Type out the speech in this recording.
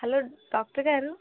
hello doctor గారు